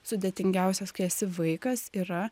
sudėtingiausias kai esi vaikas yra